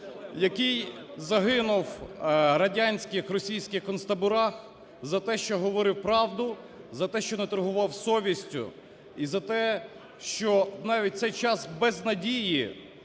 який загинув в радянських, російських концтаборах за те, що говорив правду, за те, що не торгував совістю і за те, що навіть в цей час безнадії